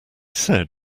said